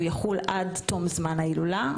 הן יחולו עד תום זמן ההילולה.